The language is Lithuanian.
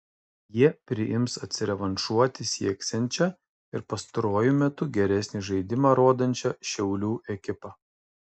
jie priims atsirevanšuoti sieksiančią ir pastaruoju metu geresnį žaidimą rodančią šiaulių ekipą